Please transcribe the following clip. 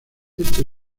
este